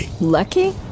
Lucky